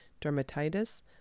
dermatitis